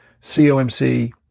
COMC